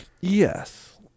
Yes